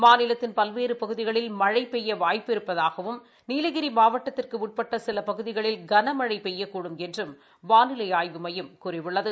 மாநிலத்தின் பல்வேறு பகுதிகளில் மழை பெய்ய வாய்ப்பு இருப்பதாகவும் நீலகிரி மாவட்டத்திற்கு உட்பட்ட சில பகுதிகளில் கனமழை பெய்யக்கூடும் என்றும் வாளிலை ஆய்வு மையம் கூறியுள்ளது